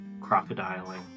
crocodiling